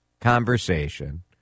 conversation